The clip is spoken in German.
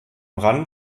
rand